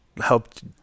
helped